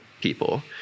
people